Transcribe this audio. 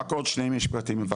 רק עוד שני משפטים בבקשה.